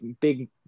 big